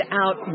out